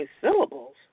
syllables